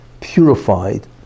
purified